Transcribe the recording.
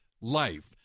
life